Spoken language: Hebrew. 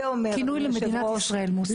אדוני היושב-ראש,